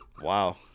Wow